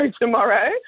tomorrow